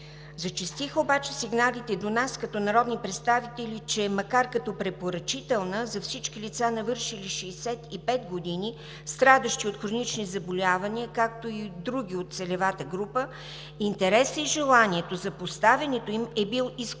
Зачестиха обаче сигналите до нас, като народни представители, че макар като препоръчителна за всички лица, навършили 65 години, страдащи от хронични заболявания, както и други от целевата група, интересът и желанието за поставянето им е бил изключително